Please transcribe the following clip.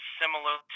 similar